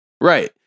Right